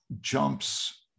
jumps